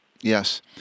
Yes